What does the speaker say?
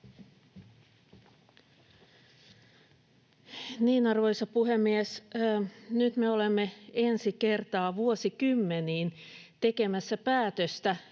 Arvoisa puhemies! Nyt me olemme ensi kertaa vuosikymmeniin tekemässä päätöstä,